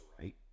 right